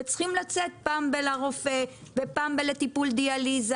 וצריכים לצאת מדי פעם לרופא ומדי פעם לטיפול דיאליזה